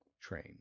train